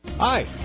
Hi